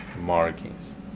markings